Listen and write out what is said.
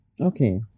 Okay